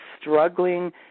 struggling